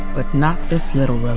but not this little